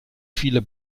viele